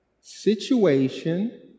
Situation